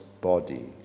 body